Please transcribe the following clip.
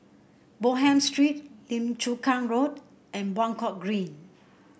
Bonham Street Lim Chu Kang Road and Buangkok Green